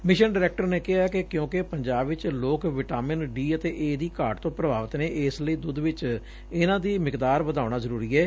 mission director ਨੇ ਕਿਹਾ ਕਿ ਕਿਉਂਕਿ ਪੰਜਾਬ ਵਿਚ ਲੋਕ ਵਿਟਾਮਿਨ ਡੀ ਅਤੇ ਦੀ ਘਾਟ ਤੋ ਪੁਭਾਵਿਤ ਨੇ ਇਸ ਲਈ ਦੁੱਧ ਵਿਚ ਇਨਹਾਂ ਦੀ ਮਿਕਦਾਰ ਵਧਾਉਣਾ ਜਰੁਰੀ ਏ